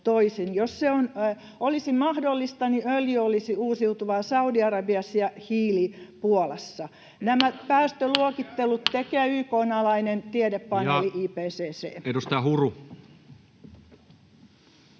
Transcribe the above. Jos se olisi mahdollista, niin öljy olisi uusiutuvaa Saudi-Arabiassa ja hiili Puolassa. Nämä päästöluokittelut tekee YK:n alainen tiedepaneeli IPCC.